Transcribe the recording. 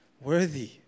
worthy